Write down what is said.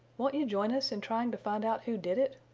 won't you join us in trying to find out who did it?